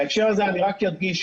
בהקשר הזה אני רק אדגיש,